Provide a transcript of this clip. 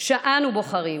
שאנו בוחרים